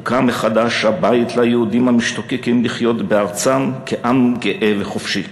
הוקם מחדש הבית ליהודים המשתוקקים לחיות בארצם כעם גאה וחופשי.